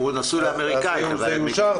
זה יאושר.